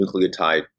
nucleotide